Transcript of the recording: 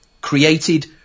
created